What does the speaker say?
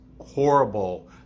horrible